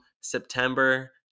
September